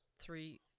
three